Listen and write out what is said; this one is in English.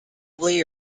probably